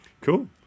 Cool